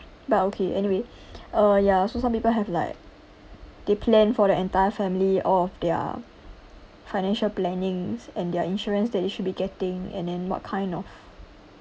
but okay anyway uh ya so some people have like they plan for the entire family of their financial plannings and their insurance that they should be getting and then what kind of